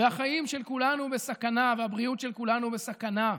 והחיים של כולנו בסכנה, והבריאות של כולנו בסכנה,